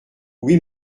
oui